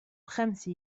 خمس